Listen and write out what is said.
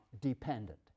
dependent